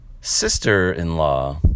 sister-in-law